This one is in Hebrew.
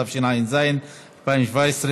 התשע"ז,2017,